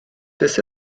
beth